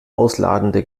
ausladende